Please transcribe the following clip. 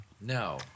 No